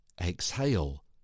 Exhale